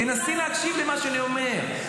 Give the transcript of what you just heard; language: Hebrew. תנסי להקשיב למה שאני אומר.